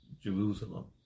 Jerusalem